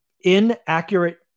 inaccurate